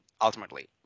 ultimately